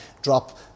drop